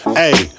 hey